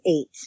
eight